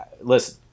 listen